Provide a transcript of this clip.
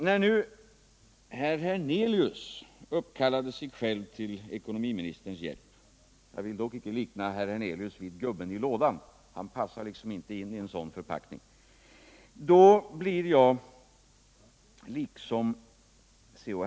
När herr Hernelius kallar sig själv till ekonomiministerns hjälp — jag vill dock icke likna herr Hernelius vid gubben i lådan, han passar liksom inte in i en sådan förpackning — blir jag liksom C.-H.